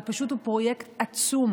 אבל פשוט הוא פרויקט עצום,